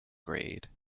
grade